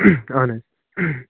اَہَن حظ